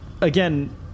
again